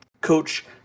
coach